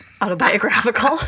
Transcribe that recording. autobiographical